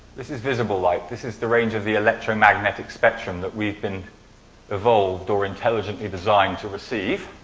this is visible light. this is the range of the electromagnetic spectrum that we've been evolved or intelligently designed to receive.